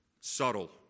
subtle